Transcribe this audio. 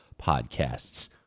podcasts